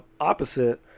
opposite